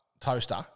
Toaster